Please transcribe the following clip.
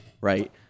Right